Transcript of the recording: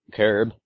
curb